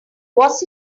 was